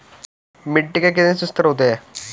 मिट्टी के कितने संस्तर होते हैं?